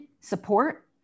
support